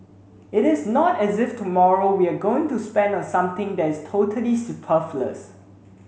it is not as if tomorrow we are going to spend on something that's totally superfluous